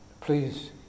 please